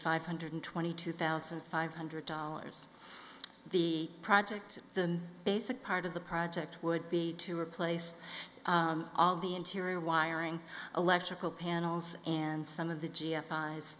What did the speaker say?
five hundred twenty two thousand five hundred dollars the project the basic part of the project would be to replace all the interior wiring electrical panels and some of the g f i eyes